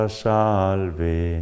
salve